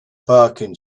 parking